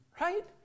right